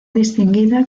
distinguida